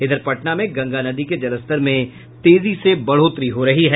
इधर पटना में गंगा नदी के जलस्तर में तेजी से बढ़ोतरी हो रही है